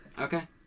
Okay